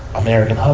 american